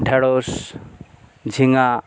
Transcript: ঢ্যাঁড়শ ঝিঙা